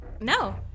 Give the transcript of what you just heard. no